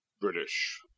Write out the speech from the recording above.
British